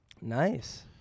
nice